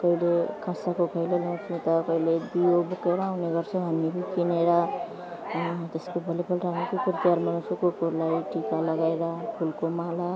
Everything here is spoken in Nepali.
कहिले काँसाको कहिले ल्याउँछु त कहिले दीयो बोकेर आउने गर्छौँ हामीहरू किनेर त्यसको भोलि पल्ट हामी कुकुर तिहार मनाउँछौँ कुकुरलाई टिका लगाएर फुलको माला